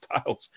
Styles